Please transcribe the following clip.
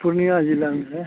वह पूर्णिया जिला में है